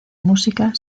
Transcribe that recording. música